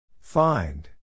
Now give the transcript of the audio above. find